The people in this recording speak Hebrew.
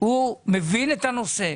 הוא מבין את הנושא.